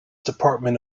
department